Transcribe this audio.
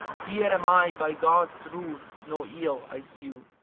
here am i by god's ruth no ill i sue!